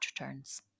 returns